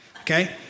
okay